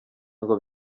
ngo